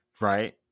Right